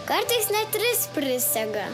kartais net tris prisega